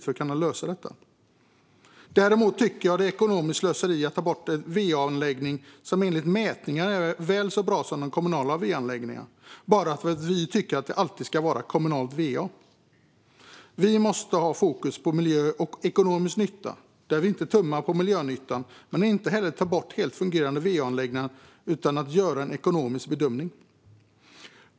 Däremot tycker jag att det är ekonomiskt slöseri att ta bort en va-anläggning som enligt mätningar är väl så bra som den kommunala va-anläggningen, bara för att vi tycker att det alltid ska vara kommunalt va. Vi måste ha fokus på miljö och ekonomisk nytta. Vi ska inte tumma på miljönyttan men inte heller ta bort helt fungerande va-anläggningar utan att göra en ekonomisk bedömning.